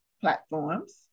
platforms